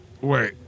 Wait